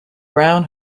brown